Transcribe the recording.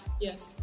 yes